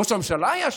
ראש הממשלה היה שם.